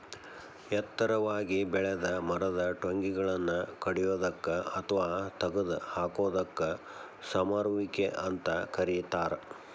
ಎತ್ತರಾಗಿ ಬೆಳೆದ ಮರದ ಟೊಂಗಿಗಳನ್ನ ಕಡಿಯೋದಕ್ಕ ಅತ್ವಾ ತಗದ ಹಾಕೋದಕ್ಕ ಸಮರುವಿಕೆ ಅಂತ ಕರೇತಾರ